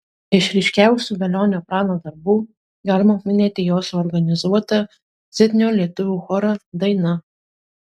iš ryškiausių velionio prano darbų galima paminėti jo suorganizuotą sidnio lietuvių chorą daina